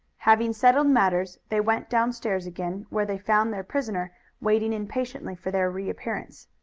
having settled matters they went downstairs again, where they found their prisoner waiting impatiently for their reappearance.